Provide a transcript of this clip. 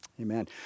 Amen